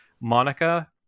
Monica